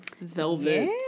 velvet